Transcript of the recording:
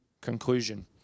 conclusion